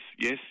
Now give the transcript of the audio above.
Yes